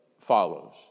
follows